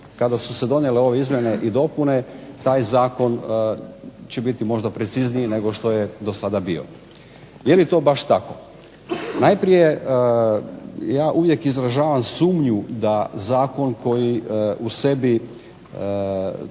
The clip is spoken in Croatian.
kada su se donijele ove izmjene i dopune taj zakon će biti možda precizniji nego što je do sada bio. Je li to baš tako? Najprije ja uvijek izražavam sumnju da zakon koji u sebi